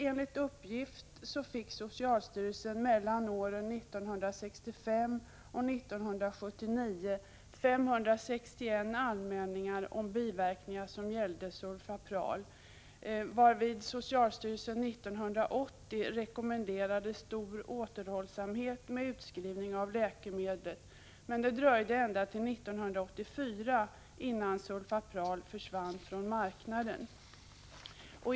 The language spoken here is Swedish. Enligt uppgift fick socialstyrelsen mellan åren 1965 och 1979 in 561 anmälningar om biverkningar som gällde Sulfapral, varvid socialstyrelsen 1980 rekommenderade stor återhållsamhet med utskrivning av läkemedlet. Men det dröjde ända till 1984 innan Sulfapral försvann på marknaden.